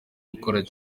gukora